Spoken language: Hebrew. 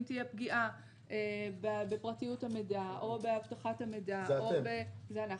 אם תהיה פגיעה בפרטיות המידע או באבטחת המידע זה אנחנו.